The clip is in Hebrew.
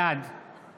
בעד